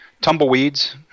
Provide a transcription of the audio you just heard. Tumbleweeds